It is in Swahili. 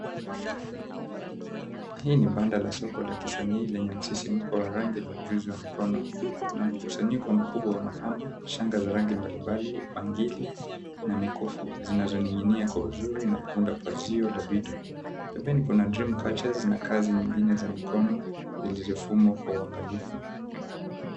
Hii ni banda la soko la kisanii lenye msisimuo wa rangi na ujuzi wa mkono. Kuna mkusanyiko mkubwa wa mapambo shanga za rangi mbali mbali na mikufu zinazo ninginia kwa uzuri pazio la vitu. Pembeni kuna dreamcatches na nyingine za mikono zilizo fumwa kwa uandalifu.